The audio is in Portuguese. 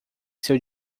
seu